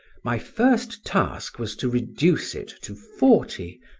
my first task was to reduce it to forty,